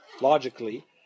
logically